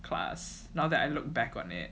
class now that I look back on it